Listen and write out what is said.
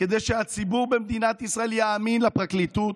כדי שהציבור במדינת ישראל יאמין לפרקליטות,